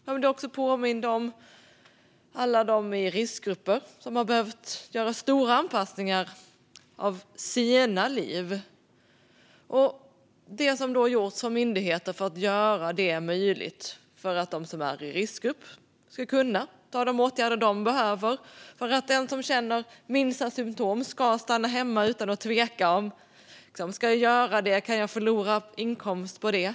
Jag vill också påminna om alla dem i riskgrupper som har behövt göra stora anpassningar av sina liv och det som gjorts av myndigheter för att göra det möjligt för dem som är i riskgrupp att vidta de åtgärder de behöver. Den som känner minsta symtom ska kunna stanna hemma utan att tveka: Ska jag göra det? Kan jag förlora inkomst på det?